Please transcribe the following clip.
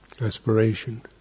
aspiration